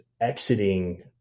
exiting